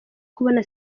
kubona